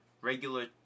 regular